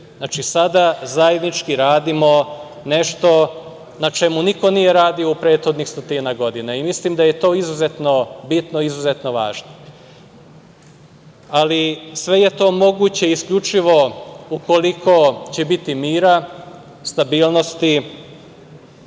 Znači, sada zajednički radimo nešto na čemu niko nije radio u prethodnih stotinak godina i mislim da je to izuzetno bitno i izuzetno važno. Sve je to moguće isključivo ukoliko će biti mira, stabilnosti,